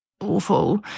awful